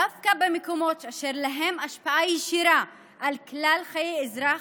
דווקא במקומות שיש להם יש השפעה ישירה על כלל חיי האזרח,